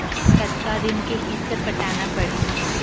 कतका दिन के किस्त पटाना पड़ही?